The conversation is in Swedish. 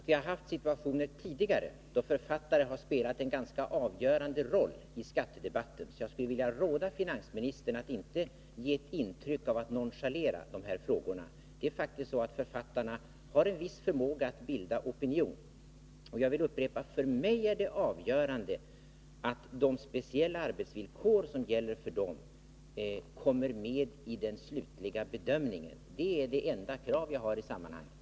Vi har haft situationer tidigare, då författare har spelat en ganska avgörande roll i skattedebatten, så jag skulle vilja råda finansministern att inte ge ett intryck av att nonchalera dessa frågor. Författarna har faktiskt en viss förmåga att bilda opinion. Jag vill upprepa att det avgörande för mig är att de speciella arbetsvillkor som gäller för dem kommer med i den slutliga bedömningen. Det är det enda krav jag har i sammanhanget.